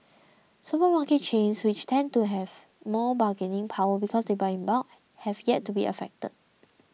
supermarket chains which tend to have more bargaining power because they buy in bulk have yet to be affected